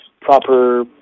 proper